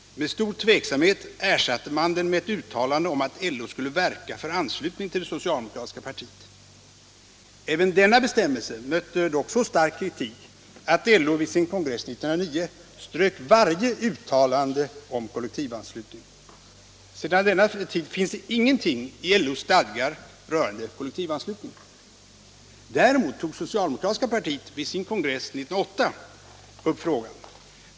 Med stor tveksamhet ersatte man den med ett uttalande om att LO skulle verka för anslutning till det socialdemokratiska partiet. Även denna bestämmelse mötte dock så stark kritik att LO vid sin kongress 1909 strök varje uttalande om kollektivanslutning. Sedan denna tid finns ingenting i LO:s stadgar rörande kollektivanslutning. Däremot tog socialdemokratiska partiet vid sin kongress år 1908 upp frågan.